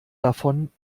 davon